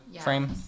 frame